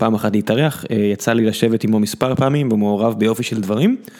פעם אחת להתארח, יצא לי לשבת עמו מספר פעמים והוא מעורב ביופי של דברים.